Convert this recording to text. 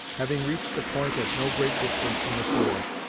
having reached a point at no great distance from the shore,